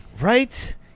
Right